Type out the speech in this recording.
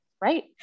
right